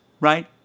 right